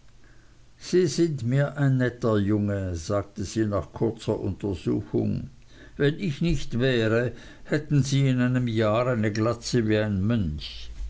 sie sind mir ein netter junge sagte sie nach kurzer untersuchung wenn ich nicht wäre hätten sie in einem jahr eine glatze wie ein mönch